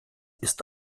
ist